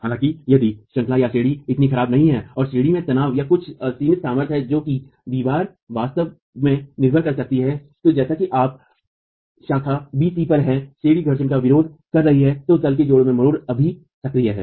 हालाँकि यदि श्रंखलाएँश्रेणियाँ इतनी खराब नहीं हैं और श्रेणी में तनाव में कुछ सिमित सामर्थ्य है जो कि दीवार वास्तव में निर्भर कर सकती है तो जैसा कि आप शाखा b c पर हैं श्रेणी घर्षण का विरोध कर रही है तल के जोड़ों में मरोड़ अभी सक्रिय है